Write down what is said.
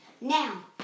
now